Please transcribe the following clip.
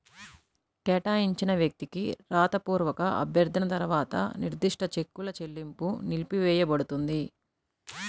కేటాయించిన వ్యక్తికి రాతపూర్వక అభ్యర్థన తర్వాత నిర్దిష్ట చెక్కుల చెల్లింపు నిలిపివేయపడుతుంది